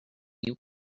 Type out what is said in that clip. you